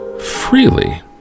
freely